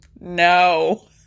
No